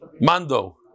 Mando